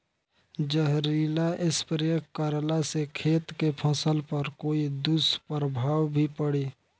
जहरीला स्प्रे करला से खेत के फसल पर कोई दुष्प्रभाव भी पड़ी?